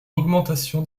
augmentation